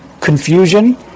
confusion